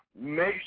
make